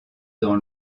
dans